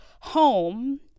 home